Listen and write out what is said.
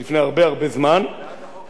הממשלה הצביעה נגד,